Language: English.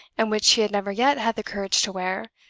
and which he had never yet had the courage to wear,